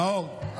נאור,